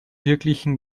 wirklichen